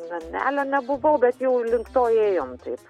namelio nebuvau bet jau link to ėjom taip